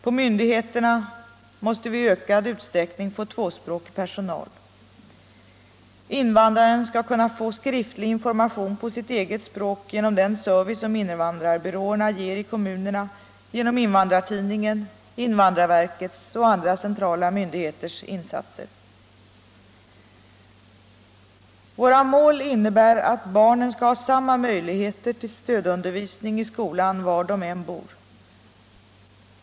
På myndigheterna måste vi i ökad utsträckning få tvåspråkig 33 personal. Invandraren skall kunna få skriftlig information på sitt eget språk, genom den service som invandrarbyråerna ger i kommunen, genom invandrartidningen och genom invandrarverkets och andra centrala myndigheters insatser. Våra mål innebär att barnen skall ha samma möjligheter till stödundervisning i skolan var de än bor.